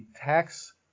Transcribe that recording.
tax